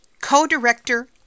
co-director